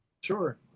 sure